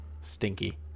Stinky